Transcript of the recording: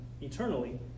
eternally